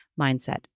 mindset